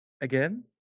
again